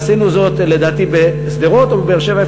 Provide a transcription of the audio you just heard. ועשינו זאת לדעתי, בשדרות או בבאר-שבע?